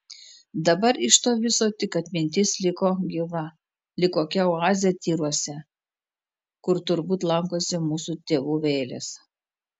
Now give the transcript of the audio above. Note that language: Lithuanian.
dabar iš to viso tik atmintis liko gyva lyg kokia oazė tyruose kur turbūt lankosi mūsų tėvų vėlės